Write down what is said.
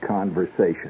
Conversation